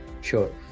Sure